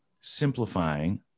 simplifying